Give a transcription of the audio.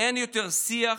אין יותר שיח,